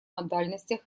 модальностях